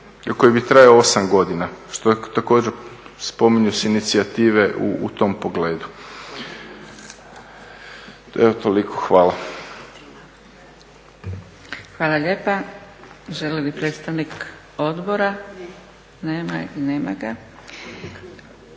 koji bi trajao 8 godina, što također spominju se inicijative u tom pogledu. Evo toliko. Hvala. **Zgrebec, Dragica (SDP)** Hvala lijepa. Želi li predstavnik odbora? Nema ga.